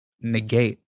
negate